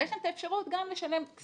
ויש גם את האפשרות גם לשלם כספים.